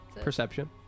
Perception